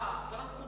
אה, זו הנקודה.